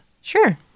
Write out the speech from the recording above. Sure